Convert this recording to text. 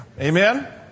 Amen